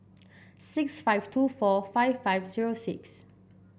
six five two four five five zero six